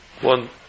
one